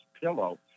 pillow